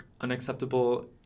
unacceptable